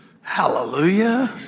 Hallelujah